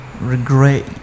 Regret